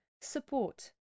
support